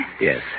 Yes